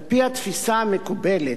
על-פי התפיסה המקובלת,